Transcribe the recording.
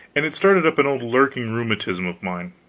and it started up an old lurking rheumatism of mine.